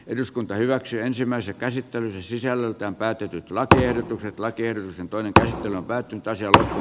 eduskunta hyväksyi ensimmäisen käsittelyn sisällöltään päätetyt lakiehdotukset lakersin toinen tehtävä väki taisi alkaa